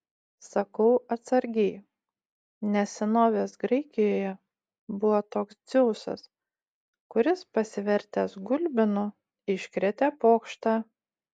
sakau atsargiai nes senovės graikijoje buvo toks dzeusas kuris pasivertęs gulbinu iškrėtė pokštą